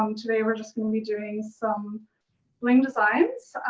um today we're just gonna be doing some bling designs.